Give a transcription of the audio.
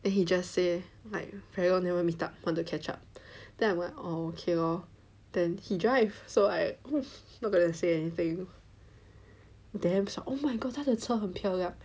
then he just say like very long never meet up want to catch up then I went oh ok lor then he drive so I was not gonna say anything damn shock oh my god 他的车很漂亮